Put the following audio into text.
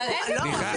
ויכוח.